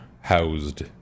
housed